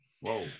Whoa